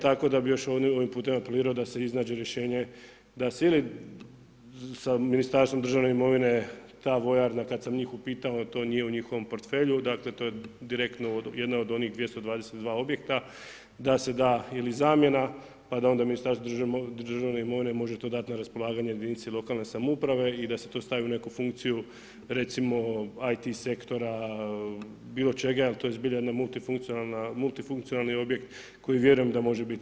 Tako da bi još ovim putem apelirao da se iznađe rješenje da se ili sa Ministarstvom državne imovine ta vojarna kada sam njih upitao to nije u njihovom portfelju dakle to je direktno jedna od onih 222 objekta da se da ili zamjena pa da onda Ministarstvo državne imovine može to dati na raspolaganje jedinici lokalne samouprave i da se to stavi u neku funkciju recimo IT sektora bilo čega jer to je zbilja jedna multifunkcionalni objekt koji vjerujem da može biti.